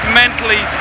mentally